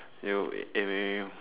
you